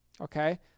Okay